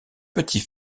petit